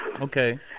Okay